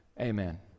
Amen